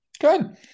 Good